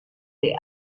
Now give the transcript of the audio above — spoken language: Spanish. the